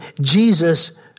Jesus